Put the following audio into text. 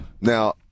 Now